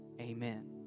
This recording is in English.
Amen